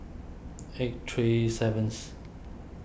eight three seventh